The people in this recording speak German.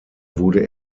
wurde